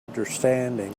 understanding